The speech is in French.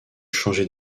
changer